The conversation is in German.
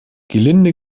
gelinde